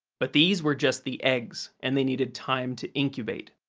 but, these were just the eggs, and they needed time to incubate.